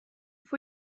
for